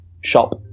shop